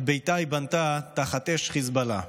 את ביתה היא בנתה תחת אש חיזבאללה.